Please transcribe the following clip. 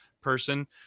person